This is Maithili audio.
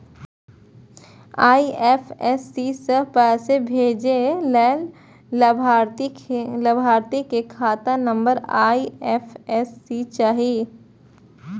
आई.एफ.एस.सी सं पैसा भेजै लेल लाभार्थी के खाता नंबर आ आई.एफ.एस.सी चाही